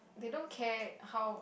they don't care how